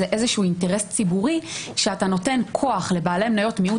זה איזשהו אינטרס ציבורי שאתה נותן כוח לבעלי מניות מיעוט